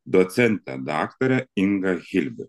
docentę daktarę ingą hilbik